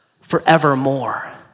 forevermore